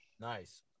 Nice